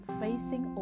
facing